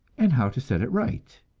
and how to set it right?